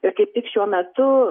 ir kaip tik šiuo metu